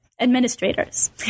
administrators